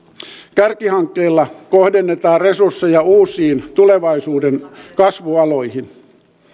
kärkihankkeilla kohdennetaan resursseja uusiin tulevaisuuden kasvualoihin